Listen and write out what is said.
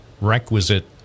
requisite